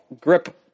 grip